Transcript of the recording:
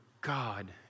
God